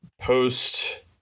post